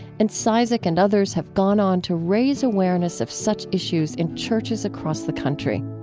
and cizik and others have gone on to raise awareness of such issues in churches across the country